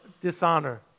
dishonor